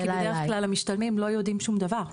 כי בדרך כלל המשתלמים לא יודעים שום דבר.